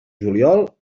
juliol